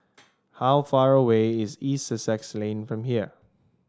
how far away is East Sussex Lane from here